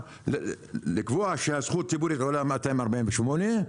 לקבוע שהזכות הציבורית עולה 248,000,